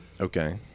Okay